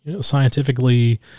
scientifically